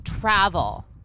travel